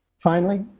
finally,